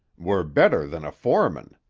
were better than a foreman.